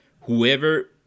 whoever